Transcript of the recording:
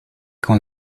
con